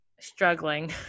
struggling